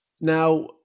Now